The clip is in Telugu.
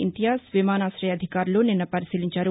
ఇంతియాజ్ విమానాశరు అధికారులు నిన్న పరిశీలించారు